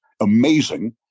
amazing